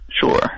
Sure